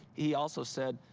he also said,